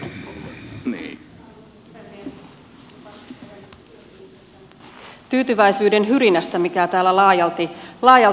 olen yllättynyt tästä tyytyväisyyden hyrinästä mikä täällä laajalti kuuluu